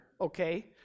okay